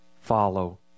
follow